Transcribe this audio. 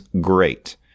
great